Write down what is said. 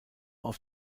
auf